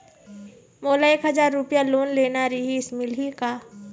मोला एक हजार रुपया लोन लेना रीहिस, मिलही का?